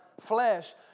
flesh